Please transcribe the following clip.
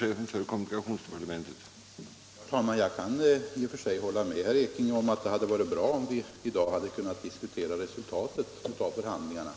Herr talman! Jag kan i och för sig hålla med herr Ekinge om att det hade varit bra om vi i dag hade kunnat diskutera resultatet av förhandlingarna.